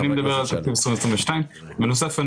אני מדבר על תקציב 2022. בנוסף,